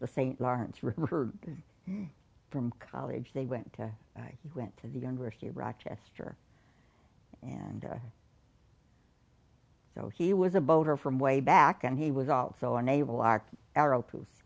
the st lawrence river from college they went to went to the university of rochester and so he was a boater from way back and he was also a naval art arrow